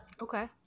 Okay